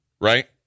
Right